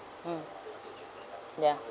mm ya